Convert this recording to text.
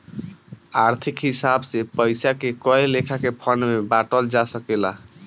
आर्थिक हिसाब से पइसा के कए लेखा के फंड में बांटल जा सकेला